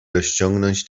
rozciągnąć